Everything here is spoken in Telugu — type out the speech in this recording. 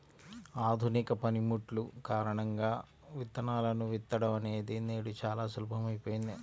ఆధునిక పనిముట్లు కారణంగా విత్తనాలను విత్తడం అనేది నేడు చాలా సులభమైపోయింది